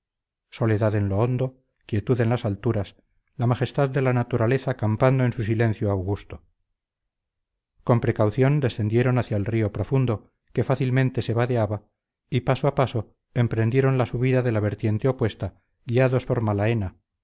soledad en lo hondo quietud en las alturas la majestad de la naturaleza campando en su silencio augusto con precaución descendieron hacia el río profundo que fácilmente se vadeaba y paso a paso emprendieron la subida de la vertiente opuesta guiados por malaena